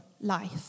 life